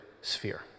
sphere